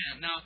Now